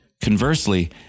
Conversely